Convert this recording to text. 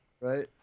Right